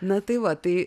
na tai va tai